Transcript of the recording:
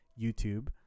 YouTube